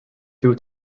due